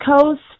Coast